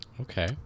okay